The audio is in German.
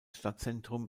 stadtzentrum